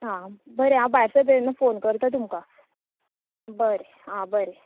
आं बरें हांव भायर सरता तेन्ना फोन करता तुमका बरें हां बरें